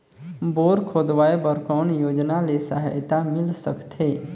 Bore खोदवाय बर कौन योजना ले सहायता मिल सकथे?